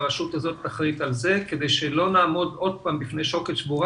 והרשות הזו אחראית על זה כדי שלא נעמוד שוב מול שוקת שבורה